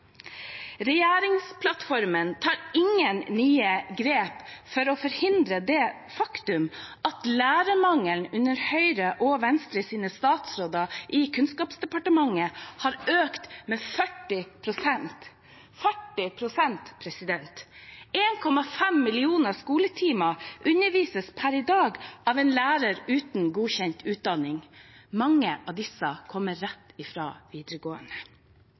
regjeringsplattformen tas det ingen nye grep for å forhindre det faktum at lærermangelen under Høyre og Venstres statsråder i Kunnskapsdepartementet har økt med 40 pst. 1,5 millioner skoletimer undervises per i dag av en lærer uten godkjent utdanning. Mange av disse kommer rett fra videregående.